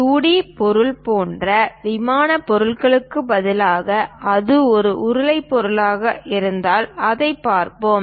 2 D பொருள் போன்ற விமானப் பொருளுக்குப் பதிலாக அது ஒரு உருளை பொருளாக இருந்தால் அதைப் பார்ப்போம்